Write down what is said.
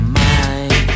mind